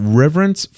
reverence